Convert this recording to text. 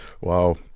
Wow